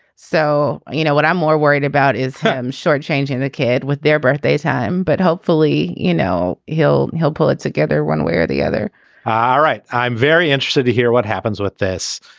so you know what i'm more worried about is shortchanging the kid with their birthdays. but hopefully you know he'll he'll pull it together one way or the other ah all right. i'm very interested to hear what happens with this.